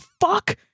fuck